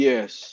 Yes